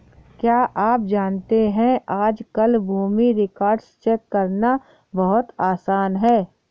क्या आप जानते है आज कल भूमि रिकार्ड्स चेक करना बहुत आसान है?